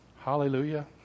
Hallelujah